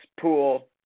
pool